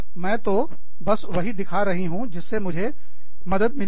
मैं तो बस वही दिखा रही हूँ जिससे मुझे मदद मिली है